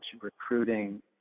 recruiting